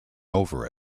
over